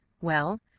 well,